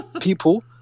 People